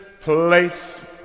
place